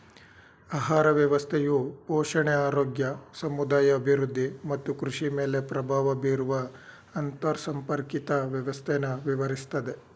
ಆಹಾರ ವ್ಯವಸ್ಥೆಯು ಪೋಷಣೆ ಆರೋಗ್ಯ ಸಮುದಾಯ ಅಭಿವೃದ್ಧಿ ಮತ್ತು ಕೃಷಿಮೇಲೆ ಪ್ರಭಾವ ಬೀರುವ ಅಂತರ್ಸಂಪರ್ಕಿತ ವ್ಯವಸ್ಥೆನ ವಿವರಿಸ್ತದೆ